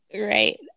Right